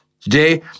Today